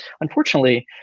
Unfortunately